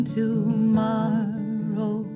tomorrow